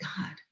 God